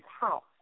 house